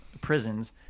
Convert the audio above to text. prisons